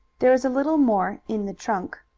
there is a little more in the trunk.